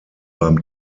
beim